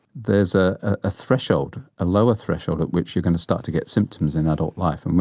there is a ah threshold, a lower threshold at which you're going to start to get symptoms in adult life. and